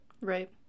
Right